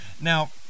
Now